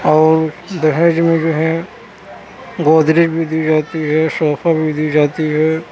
اور دہیج میں جو ہے گودریج بھی دی جاتی ہے صوفہ بھی دی جاتی ہے